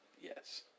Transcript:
Yes